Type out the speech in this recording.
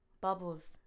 Bubbles